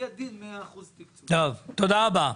תודה רבה.